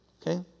okay